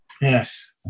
yes